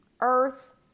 earth